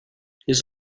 his